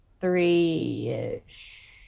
three-ish